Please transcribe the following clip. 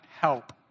help